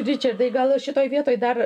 ričardai gal šitoj vietoj dar